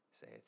saith